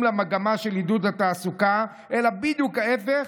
למגמה של עידוד התעסוקה אלא בדיוק ההפך,